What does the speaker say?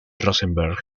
rosenberg